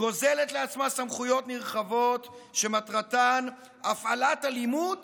גוזלת לעצמה סמכויות נרחבות שמטרתן הפעלת אלימות